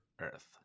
earth